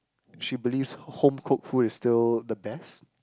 she believes home cooked food is still the best